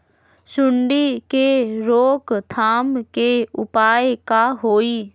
सूंडी के रोक थाम के उपाय का होई?